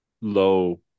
low